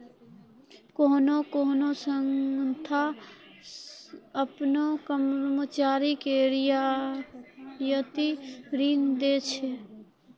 कोन्हो कोन्हो संस्था आपनो कर्मचारी के रियायती ऋण दै छै